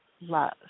love